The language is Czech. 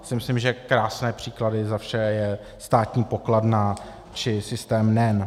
Já si myslím, že krásné příklady za vše jsou státní pokladna či systém NEN.